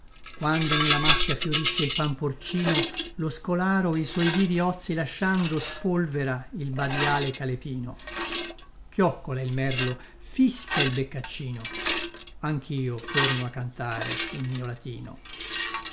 quando nella macchia fiorisce il pan porcino lo scolaro i suoi divi ozi lasciando spolvera il badïale calepino chioccola il merlo fischia il beccaccino anchio torno a cantare in mio latino